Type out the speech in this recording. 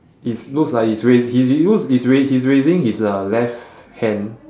it's looks like he is rais~ he he looks he's rai~ he's raising his uh left hand